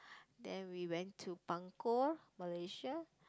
then we went to Bangkok Malaysia